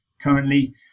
currently